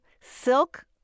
silk